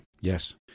yes